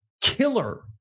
killer